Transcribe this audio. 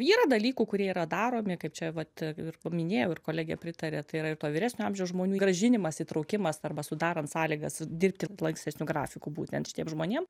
yra dalykų kurie yra daromi kaip čia vat ir paminėjau ir kolegė pritarė tai yra ir to vyresnio amžiaus žmonių grąžinimas įtraukimas arba sudarant sąlygas dirbti lankstesniu grafiku būtent šitiem žmonėm